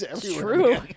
True